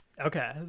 okay